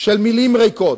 של מלים ריקות,